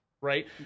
Right